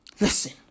listen